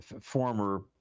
former